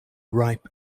ripe